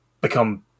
become